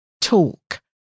talk